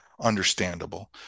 understandable